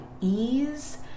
ease